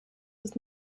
was